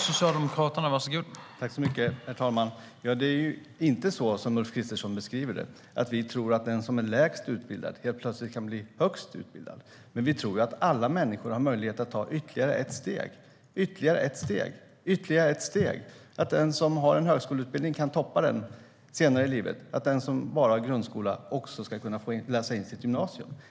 Herr talman! Det är inte så som Ulf Kristersson beskriver det, att vi tror att den som är lägst utbildad helt plötsligt kan bli högst utbildad. Men vi tror att alla människor har möjlighet att ta ytterligare ett steg, och sedan ytterligare ett och ytterligare ett. Den som har en högskoleutbildning kan toppa den senare i livet. Den som bara har grundskola ska också få läsa in gymnasiet.